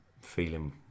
feeling